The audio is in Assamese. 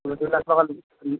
দুই তিনি লাখ টকা